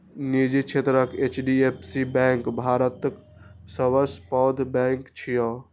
निजी क्षेत्रक HDFC bank भारतक सबसं पैघ बैंक छियै